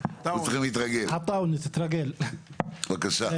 עטאונה, בבקשה.